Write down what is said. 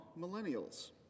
Millennials